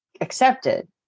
accepted